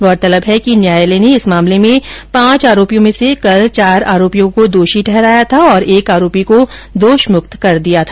गौरतलब है कि न्यायालय ने इस मामले में पांच आरोपियों में से कल चार आरोपियों को दोषी ठहराया था और एक आरोपी को दोषमुक्त करार दिया था